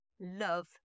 love